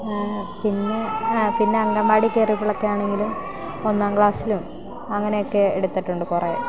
പിന്നെ പിന്നെ അങ്കൻവാടിയിൽ കയറിയപ്പോൾ ആണെങ്കിലും ഒന്നാം ക്ലാസ്സിലോ അങ്ങനെയൊക്കെ എടുത്തിട്ടുണ്ട് കുറേ